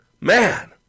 man